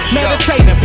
Meditating